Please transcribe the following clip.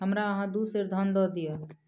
हमरा अहाँ दू सेर धान दअ दिअ